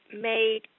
made